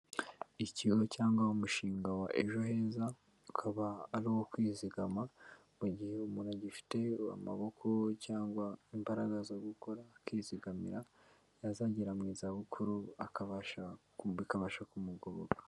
Ikigo cyangwa umushinga wa ejo heza, ukaba ari uwo kwizigama. Mu gihe umuntu agifite amaboko cyangwa imbaraga zo gukora akizigamira, yazagera mu zabukuru akabasha, bakabasha kumugoboka.